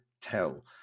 tell